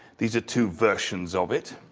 these are two versions of it,